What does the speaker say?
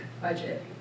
budget